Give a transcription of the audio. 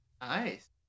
Nice